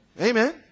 Amen